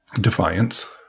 defiance